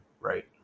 right